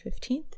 15th